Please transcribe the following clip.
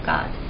God